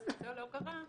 --- לא קרה,